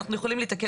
אנחנו יכולים להיתקל